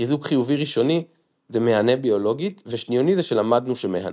חיזוק חיובי ראשוני זה מהנה ביולוגית ושניוני זה שלמדנו שמהנה.